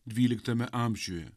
dvyliktame amžiuje